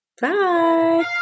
bye